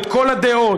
את כל הדעות,